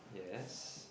yes